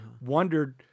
wondered